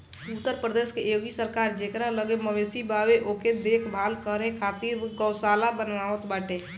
उत्तर प्रदेश के योगी सरकार जेकरा लगे मवेशी बावे ओके देख भाल करे खातिर गौशाला बनवावत बाटे